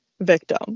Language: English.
victim